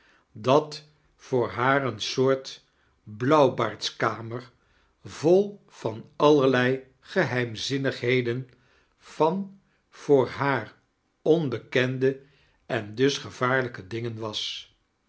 dat voor haar een soort blauwbaairdsikamer vol van allerlei geheimizinnigheden van voor haar onbekende en dus gevaarlijke dingen was